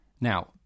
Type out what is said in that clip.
Now